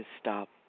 stop